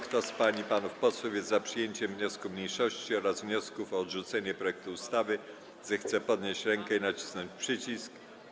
Kto z pań i panów posłów jest za przyjęciem wniosku mniejszości oraz wniosków o odrzucenie projektu ustawy, zechce podnieść rękę i nacisnąć przycisk.